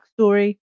backstory